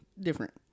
different